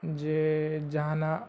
ᱡᱮ ᱡᱟᱦᱟᱱᱟᱜ